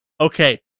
okay